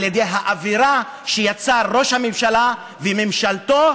על ידי האווירה שיצרו ראש הממשלה וממשלתו,